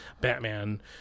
batman